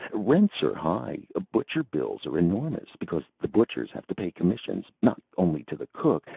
rents are high. butcher bills are enormous, because the butchers have to pay commissions, not only to the cook,